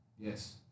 Yes